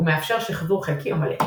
הוא מאפשר שחזור חלקי או מלא.